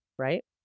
right